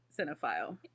cinephile